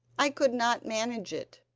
i could not manage it.